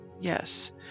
yes